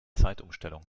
zeitumstellung